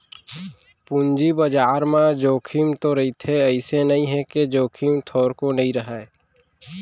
पूंजी बजार म जोखिम तो रहिथे अइसे नइ हे के जोखिम थोरको नइ रहय